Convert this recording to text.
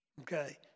Okay